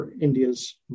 India's